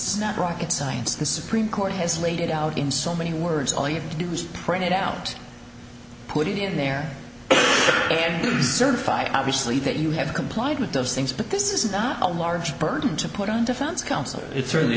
says not rocket science the supreme court has laid it out in so many words all you have to do is print it out put it in there and certify obviously that you have complied with those things but this is not a large burden to put on defense counsel it certainly